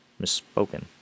misspoken